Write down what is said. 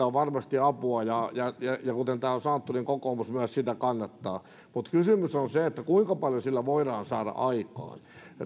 on varmasti apua ja ja kuten täällä on sanottu kokoomus myös sitä kannattaa mutta kysymys on se kuinka paljon sillä voidaan saada aikaan